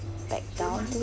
back down to it